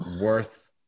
worth